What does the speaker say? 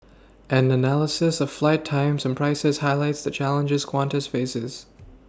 an analysis of flight times and prices highlights the challenges Qantas faces